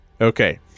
Okay